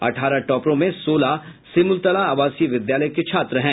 अठारह टॉपरों में सोलह सिमूलतला आवासीय विद्यालय के छात्र हैं